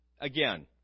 Again